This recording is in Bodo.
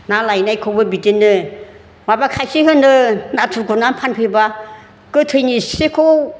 ना लायनायखौबो बिदिनो माबा खायसे होनो नाथुर गुरनानै फानफैबा गोथैनि सिखौ